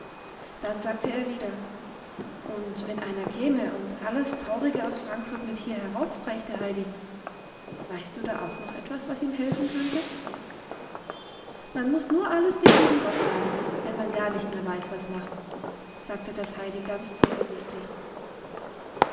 dann sagte er wieder und wenn einer käme und alles traurige aus frankfurt mit hier heraufbrächte heidi weißt du da auch noch etwas das ihm helfen könnte man muß nur alles dem lieben gott sagen wenn man gar nicht mehr weiß was machen sagte das heidi ganz zuversichtlich